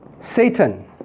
Satan